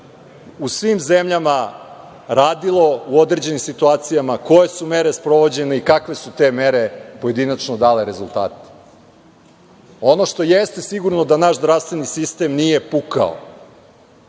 u sim zemljama radilo u određenim situacijama, koje su mere sprovođene i kakve su te mere pojedinačno dale rezultate. Ono što jeste sigurno, naš zdravstveni sistem nije pukao